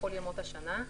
כל ימות השנה,